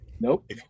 Nope